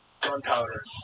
gunpowder